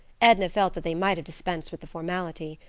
edna felt that they might have dispensed with the formality.